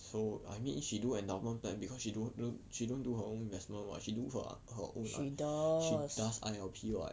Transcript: she does